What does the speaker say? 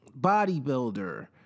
bodybuilder